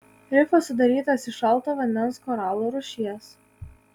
rifas sudarytas iš šalto vandens koralų rūšies